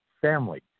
family